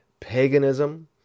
paganism